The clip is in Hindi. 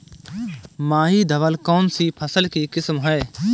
माही धवल कौनसी फसल की किस्म है?